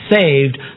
saved